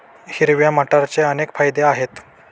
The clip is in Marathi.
हिरव्या मटारचे अनेक फायदे आहेत